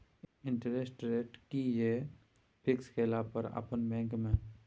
Interest rate कि ये fix केला पर अपन बैंक में?